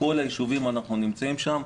אנחנו נמצאים בכל היישובים.